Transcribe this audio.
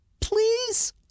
Please